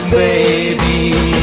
baby